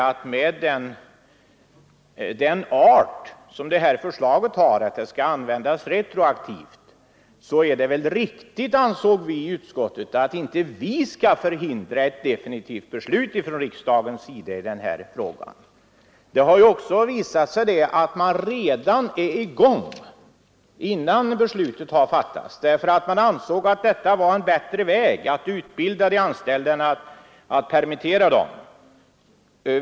Eftersom beslutet om detta utbildningsbidrag kan tillämpas retroaktivt har vi i utskottet ansett att vi inte skall fördröja riksdagens definitiva beslut i frågan. En del företag har faktiskt redan satt i gång med den utbildning det här gäller, innan något beslut har fattats, därför att man anser att det är bättre att utbilda de anställda än att permittera dem.